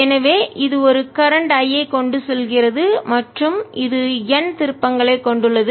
எனவேஇது ஒரு கரண்ட் மின்னோட்டம் I ஐக் கொண்டு செல்கிறது மற்றும் இது N திருப்பங்களைக் கொண்டுள்ளது